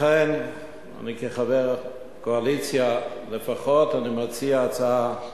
לכן, כחבר הקואליציה, אני מציע הצעה,